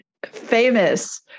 famous